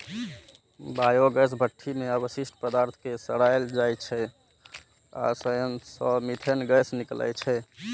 biogas भट्ठी मे अवशिष्ट पदार्थ कें सड़ाएल जाइ छै आ अय सं मीथेन गैस निकलै छै